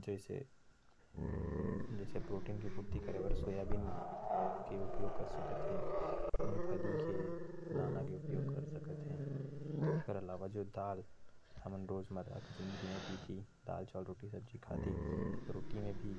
जैसे सोयाबीन जो प्रोटीन के श्रोत है। दाल जो हमन खात ही वो भी प्रोटीन के बहुत ही बढ़िया श्रोत हवे। चावल और रोटी में भी